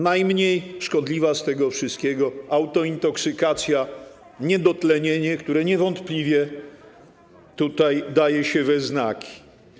Najmniej szkodliwa z tego wszystkiego autointoksykacja, niedotlenienie, które niewątpliwie tutaj daje się we znaki.